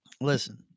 Listen